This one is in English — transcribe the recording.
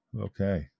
Okay